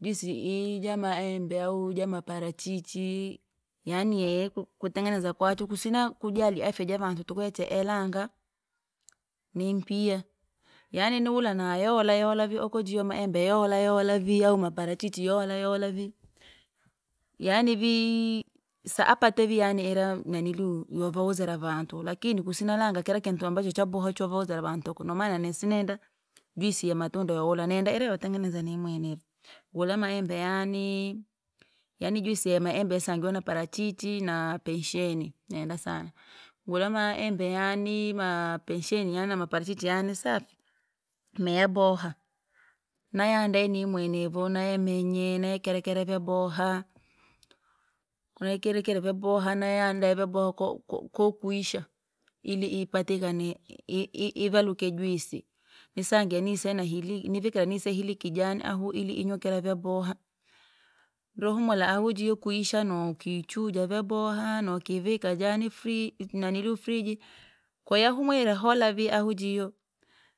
Juisi yii jamaembe au jamaparachichi, yaani yeye kututangeneza kwachu kusina kujali afya jaa vantu tuku yecheelanga, ni mpiya, yaani ni wula na yolayola vii oko jiyo maembe yolayola vii au maparachichi yoleyola vii, yaani vii saapate vii yaani ila naniluu, yavowuzira vantu, lakini kusina langa kira kintu ambacho chabohe chavawuzira vantu tuku namana sinenda, juisi ya matunda yowula nenda irayo tengeneza mwenevyo. Ngule maembe yaani! Yaani juisi ya maembe yasanguva na parachichi na pensheni nenda sana, ngule maembe yaani mapensheni yaani maparachichi yaani safi, imeyaboha, nayandaye nimwenevyo nayamnye nayakerekere vyaboha. Nayakerekere vyaboha naiyandaa vyaboha kou- kou- kokwisha ili ipatikane i- i- ivaluke juisi, nisange nise na iliki nivikira nise iliki jani ahu ili inyukire vyaboha. ndru humula ahu jiyo kuisha nokwishuja vyaboha, nokivika jani furi nanilia friji, koya humwire hola vii ahu jiyo.